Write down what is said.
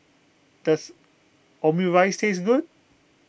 does Omurice taste good